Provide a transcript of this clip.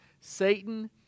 Satan